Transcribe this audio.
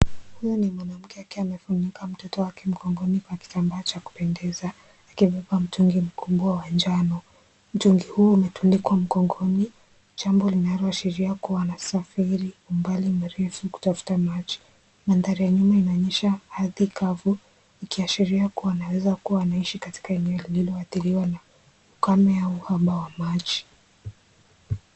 Huyu ni mwanamke akiwa amefunika mtoto wake mgongoni kwa kitambaa cha kupendeza akibeba mtungi mkubwa wa njano . Mtungi huo umetundikwa mgongoni jambo linaloashiria kuwa anasafiri mbali mrefu kutafuta maji . Mandhari ya nyuma inaonyesha ardhi kavu ikiashiria kuwa anaeza kuwa akiishi wanaishi katika eneo lililoadhirika na ukame au uhaba wa maji.